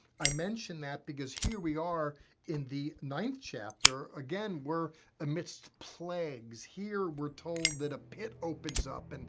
i mention that because here we are in the ninth chapter. again, we're amidst plagues. here we're told that a pit opens up, and